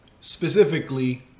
specifically